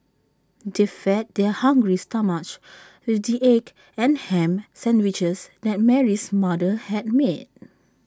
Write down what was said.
they fed their hungry stomachs with the egg and Ham Sandwiches that Mary's mother had made